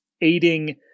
aiding